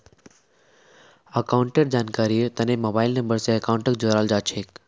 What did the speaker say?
अकाउंटेर जानकारीर तने मोबाइल नम्बर स अकाउंटक जोडाल जा छेक